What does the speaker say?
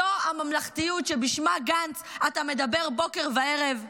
זו הממלכתיות שבשמה, גנץ, אתה מדבר בוקר וערב?